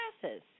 classes